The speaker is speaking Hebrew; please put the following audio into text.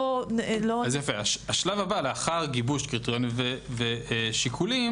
לאחר גיבוש קריטריונים ושיקולים